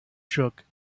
truck